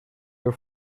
your